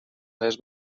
les